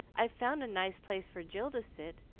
i've found a nice place for jill to sit,